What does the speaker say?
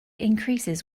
increases